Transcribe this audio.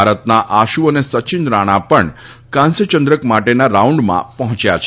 ભારતના આશુ અને સચીન રાણા પણ કાંસ્ય ચંદ્રક માટેના રાઉન્ડમાં પહોચ્યા છે